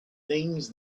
things